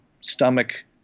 stomach